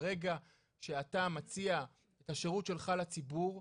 ברגע שאתה מציע את השירות שלך לציבור,